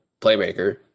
playmaker